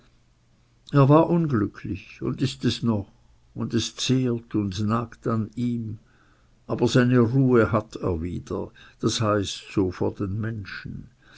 er war unglücklich und ist es noch und es zehrt und nagt an ihm aber seine ruhe hat er wieder das heißt so vor den menschen